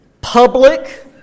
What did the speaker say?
public